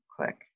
click